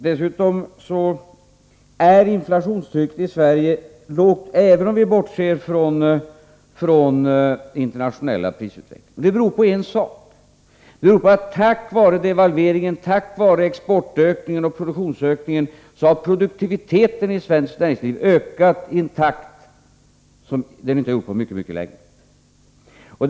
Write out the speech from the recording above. Dessutom är inflationstrycket i Sverige lågt, även om vi bortser från den internationella prisutvecklingen. Det beror på att tack vare devalveringen och tack vare exportökningen och produktionsökningen har produktiviteten i svenskt näringsliv ökat i en takt som den inte gjort på mycket länge.